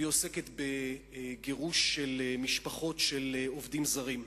והיא עוסקת בגירוש של משפחות של עובדים זרים,